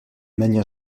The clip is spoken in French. manière